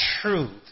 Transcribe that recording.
truth